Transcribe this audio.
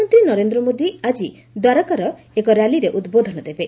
ପ୍ରଧାନମନ୍ତ୍ରୀ ନରେନ୍ଦ୍ର ମୋଦି ଆଜି ଦ୍ୱାରକାରେ ଏକ ର୍ୟାଲିରେ ଉଦ୍ବୋଧନ ଦେବେ